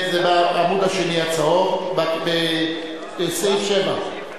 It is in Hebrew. זה בעמוד השני הצהוב, מס' 7. לסעיף 1?